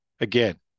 again